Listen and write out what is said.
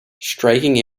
striking